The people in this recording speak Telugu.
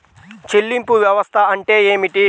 చెల్లింపు వ్యవస్థ అంటే ఏమిటి?